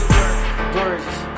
Gorgeous